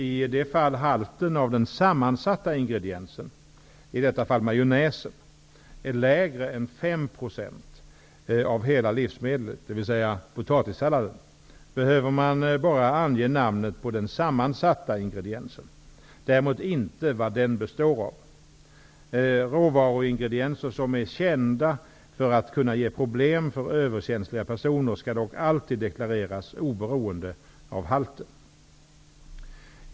I de fall halten av den sammansatta ingrediensen, i detta fall majonäsen, är lägre än 5 % av hela livsmedlet, dvs. potatissalladen, behöver man endast ange namnet på den sammansatta ingrediensen, däremot inte vad den består av. Råvaruingredienser som är kända för att kunna ge problem för överkänsliga personer skall dock alltid deklareras oberoende av halten.